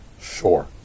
Sure